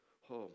home